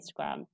Instagram